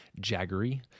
jaggery